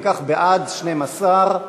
אם כך, בעד, 12,